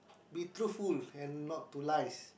be truthful and not to lies